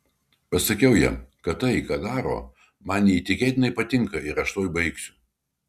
pasakiau jam kad tai ką daro man neįtikėtinai patinka ir aš tuoj baigsiu